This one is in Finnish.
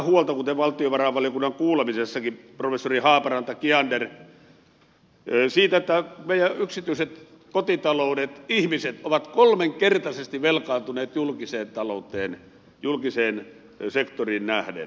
kuten valtiovarainvaliokunnan kuulemisessakin professori haaparanta ja kiander sanoivat kyllä tässä pitää olla huolta siitä että meidän yksityiset kotitaloudet ihmiset ovat kolminkertaisesti velkaantuneet julkiseen sektoriin nähden